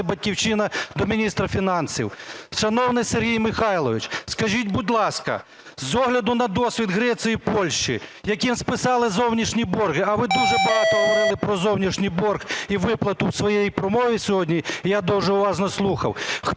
"Батьківщина" до міністра фінансів. Шановний Сергій Михайлович, скажіть, будь ласка, з огляду на досвід Греції і Польщі, яким списали зовнішні борг - а ви дуже багато говорили про зовнішній борг і виплату в своїй промові сьогодні, я дуже уважно слухав,